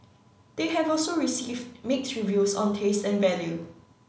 they have also received mixed reviews on taste and value